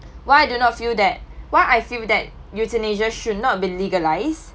why I do not feel that why I feel that euthanasia should not be legalised